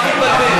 אל תתבלבל.